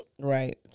Right